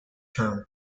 term